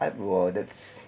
at !wah! that's